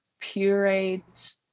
pureed